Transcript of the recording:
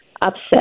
upset